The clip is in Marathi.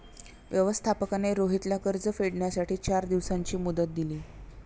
व्यवस्थापकाने रोहितला कर्ज फेडण्यासाठी चार दिवसांची मुदत दिली